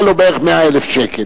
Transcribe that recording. זה יעלה לו בערך 100,000 שקל.